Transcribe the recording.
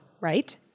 Right